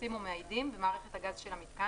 מדחסים או מאיידים במערכת הגז של המיתקן,